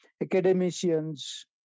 academicians